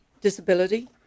disability